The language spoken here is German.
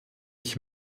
ich